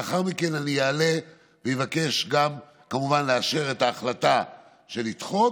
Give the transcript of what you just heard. לאחר מכן אני אעלה ואבקש גם כמובן לאשר את ההחלטה לדחות,